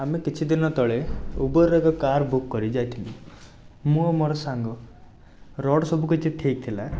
ଆମେ କିଛିଦିନ ତଳେ ଉବେର ଏକ କାର୍ ବୁକ୍ କରି ଯାଇଥିଲୁ ମୁଁ ମୋର ସାଙ୍ଗ ରୋଡ଼୍ ସବୁ କିଛି ଠିକ୍ ଥିଲା